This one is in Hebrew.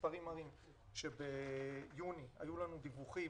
כרגע המספרים מראים שביוני היו לנו דיווחים